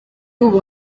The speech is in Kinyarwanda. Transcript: ubu